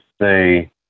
say